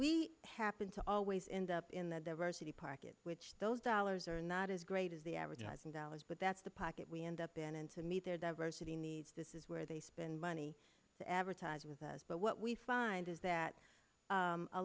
we happen to always end up in the diversity park in which those dollars are not as great as the advertising dollars but that's the pocket we end up in and to meet their diversity needs this is where they spend money to advertise with us but what we find is that